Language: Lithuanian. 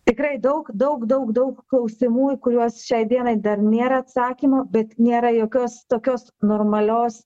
tikrai daug daug daug daug klausimų į kuriuos šiai dienai dar nėra atsakymo bet nėra jokios tokios normalios